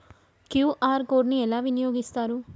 QR code ని ఎలా వినియోగిస్తారు?